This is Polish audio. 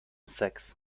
seks